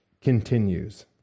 continues